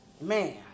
Man